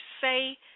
say